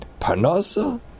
panasa